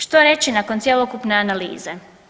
Što reći nakon cjelokupne analize?